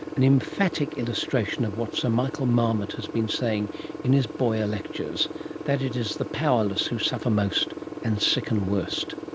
an empathic illustration of what sir michael marmot has been saying in his boyer lectures that it is the powerless who suffer most and sicken worst.